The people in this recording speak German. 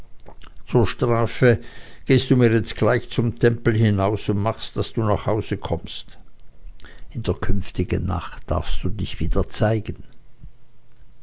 zur strafe gehst du mir jetzt gleich zum tempel hinaus und machst daß du nach hause kommst in der künftigen nacht darfst du dich wieder zeigen